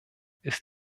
ist